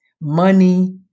money